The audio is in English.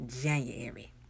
January